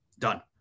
done